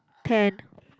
ten